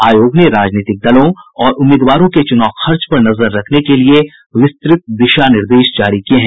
आयोग ने राजनीतिक दलों और उम्मीदवारों के चुनाव खर्च पर नजर रखने के लिए विस्तृत दिशा निर्देश जारी किये हैं